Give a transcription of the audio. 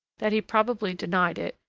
that he probably denied it,